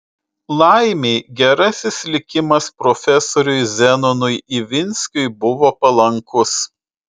laimei gerasis likimas profesoriui zenonui ivinskiui buvo palankus